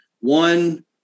One